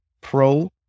Pro